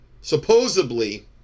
Supposedly